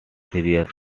series